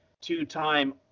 two-time